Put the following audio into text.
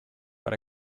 but